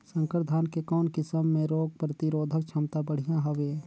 संकर धान के कौन किसम मे रोग प्रतिरोधक क्षमता बढ़िया हवे?